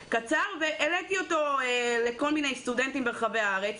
ושלחתי אותו לכל מיני סטודנטים ברחבי הארץ.